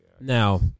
Now